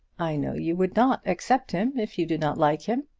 i know you would not accept him if you did not like him.